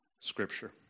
scripture